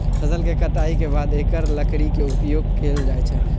फ़सल के कटाई के बाद एकर लकड़ी के उपयोग कैल जाइ छइ